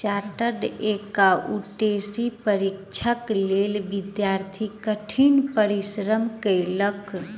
chartered accountancy परीक्षाक लेल विद्यार्थी कठिन परिश्रम कएलक